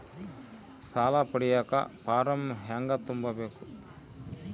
ಸಾಲ ಪಡಿಯಕ ಫಾರಂ ಹೆಂಗ ತುಂಬಬೇಕು?